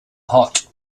hot